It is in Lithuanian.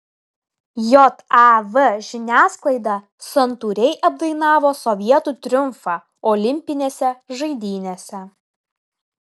jav žiniasklaida santūriai apdainavo sovietų triumfą olimpinėse žaidynėse